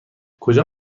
کجا